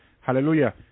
Hallelujah